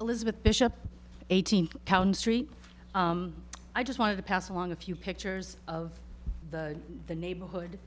elizabeth bishop eighteen pounds three i just wanted to pass along a few pictures of the the neighborhood